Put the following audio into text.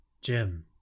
Jim